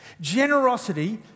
Generosity